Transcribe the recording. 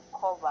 cover